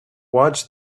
watch